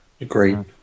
Agreed